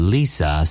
Lisa